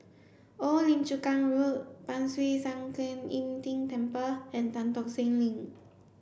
Old Lim Chu Kang Road Ban Siew San Kuan Im Tng Temple and Tan Tock Seng Link